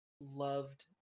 loved